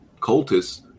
cultists